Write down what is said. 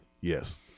Yes